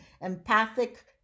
empathic